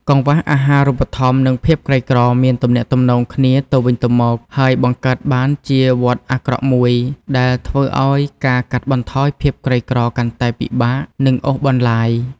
កង្វះអាហារូបត្ថម្ភ និងភាពក្រីក្រមានទំនាក់ទំនងគ្នាទៅវិញទៅមក ហើយបង្កើតបានជាវដ្តអាក្រក់មួយ ដែលធ្វើឱ្យការកាត់បន្ថយភាពក្រីក្រកាន់តែពិបាក និងអូសបន្លាយ។